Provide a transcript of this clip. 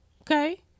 Okay